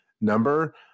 number